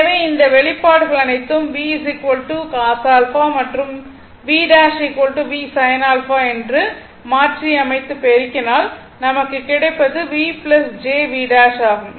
எனவே இந்த வெளிப்பாடுகள் அனைத்தும் v cos α மற்றும் v' V sin α என்றும் மாற்றி அமைத்து பெருக்கினால் நமக்கு கிடைப்பது v j v' ஆகும்